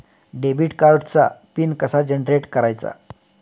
Debit कार्डचा PIN कसा generate करायचा?